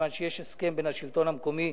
מכיוון שיש הסכם בין השלטון המקומי